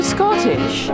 Scottish